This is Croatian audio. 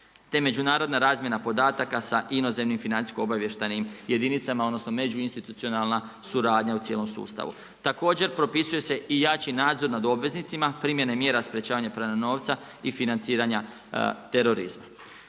te međunarodna razmjena podataka sa inozemnim financijsko-obavještajnim jedinicama, odnosno međuinstitucionalna suradnja u cijelom sustavu. Također propisuje se i jači nadzor nad obveznicima primjene mjera sprječavanje pranja novca i financiranja terorizma.